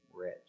rich